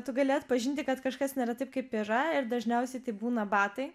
tu gali atpažinti kad kažkas nėra taip kaip yra ir dažniausiai tai būna batai